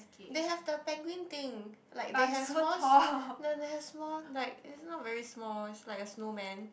they have the penguin thing like they have small no they have small like it's not very small it's like a snowman